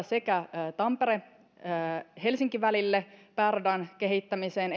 sekä tampere helsinki välille pääradan kehittämiseen